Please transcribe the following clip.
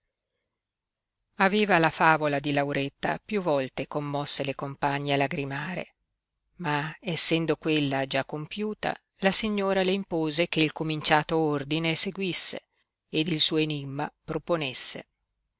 aveva la l'avola di lauretta più volte commosse le compagne a lagrimare ma essendo quella già compiuta la signora le impose che il cominciato ordine seguisse ed il suo enimma proponesse